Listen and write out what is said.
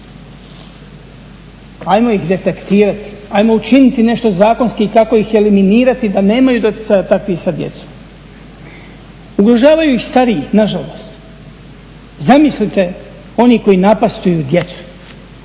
Hajmo ih detektirati, hajmo učiniti nešto zakonski i tako ih eliminirati da nemaju doticaja takvih sa djecom. Ugrožavaju ih stariji, na žalost. Zamislite oni koji napastvuju djecu.